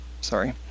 Sorry